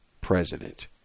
president